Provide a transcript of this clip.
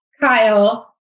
Kyle